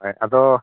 ᱦᱳᱭ ᱟᱫᱚ